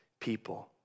people